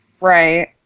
Right